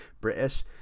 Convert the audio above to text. British